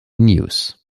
news